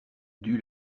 dut